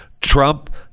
Trump